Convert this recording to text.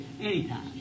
Anytime